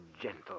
gentle